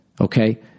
Okay